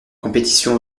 compétition